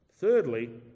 Thirdly